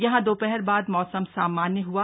यहां दोपहर बाद मौसम सामान्य हुआ